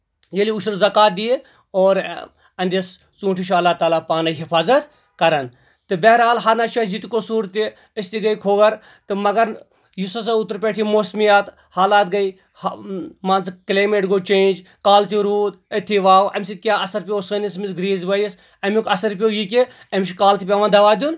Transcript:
ییٚلہِ اُشر زَکات دیہ اہنٛدس ژوٗنٛٹھِس چھُ اللہ تعالیٰ پانے حِفاظت کران تہٕ بہرحال ہَنہ چھُ اَسہِ یتہِ قصوٗر تہِ أسۍ تہِ گٔے کھوگر تہٕ مَگر یُس ہسا اوترٕ پٮ۪ٹھ یِم موسِمیات حالات گٔے مان ژٕ کٕلایمیٹ گوٚو چینٛچ کالہٕ تہِ روٗد أتتھٕے واو اَمہِ سۭتۍ کیٚاہ اَثر پیٚو سٲنِس أمِس گریٖس بٲیِس اَمیُک اَثر پیٚو یہِ کہِ أمِس چھُ کالہٕ تہِ پیٚوان دوہ دیُن